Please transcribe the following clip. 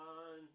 on